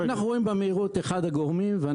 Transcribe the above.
רואים במהירות את אחד הגורמים.